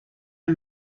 del